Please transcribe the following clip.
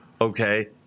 Okay